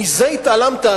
מזה התעלמת,